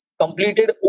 completed